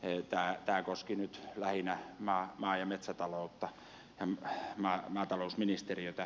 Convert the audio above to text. tämä koski nyt lähinnä maa ja metsätaloutta ja maatalousministeriötä